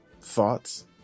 Thoughts